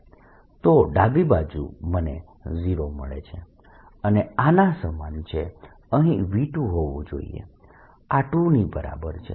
તો ડાબી બાજુ મને 0 મળે છે જે આના સમાન છે અહીં V2 હોવું જોઈએ આ 2 ની બરાબર છે